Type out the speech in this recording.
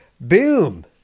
Boom